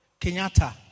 Kenyatta